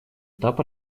этап